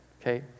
Okay